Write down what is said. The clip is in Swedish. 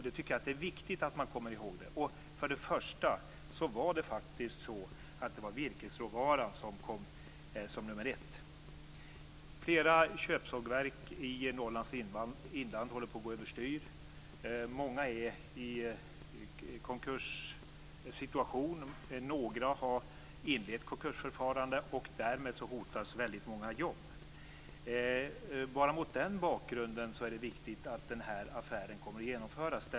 Det tycker jag är viktigt att man kommer i håg. Det var faktiskt virkesråvaran som kom som nummer ett. Flera köpsågverk i Norrlands inland håller på att gå över styr. Många är i en konkurssituation. Några har inlett konkursförfarande, och därmed hotas väldigt många jobb. Bara mot den bakgrunden är det viktigt att affären kommer att genomföras.